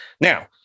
Now